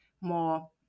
more